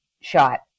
shot